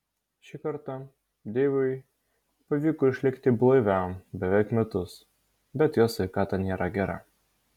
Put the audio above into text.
šį kartą deivui pavyko išlikti blaiviam beveik metus bet jo sveikata nėra gera